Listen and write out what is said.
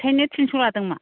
बेनिखायनो थिनस' लादोंमा